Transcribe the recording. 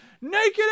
naked